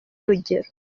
urugero